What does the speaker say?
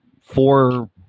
four